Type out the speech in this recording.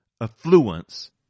affluence